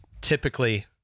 typically